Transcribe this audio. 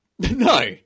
No